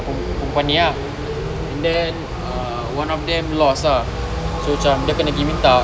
perempuan ni ah and then ah one of them lost ah so cam dia kena pergi minta